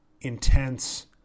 intense